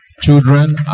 Children